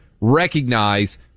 recognize